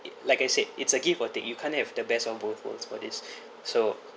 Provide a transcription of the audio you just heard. it like I said it's a give or take you can't have the best of both worlds for this so